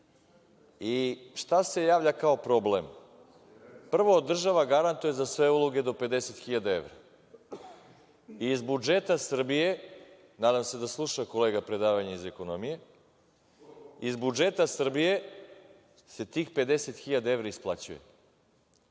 Šta se javlja kao problem? Prvo, država garantuje za sve uloge do 50.000 evra. Iz budžeta Srbije, nadam se da sluša kolega predavanje iz ekonomije, se tih 50.000 evra isplaćuje.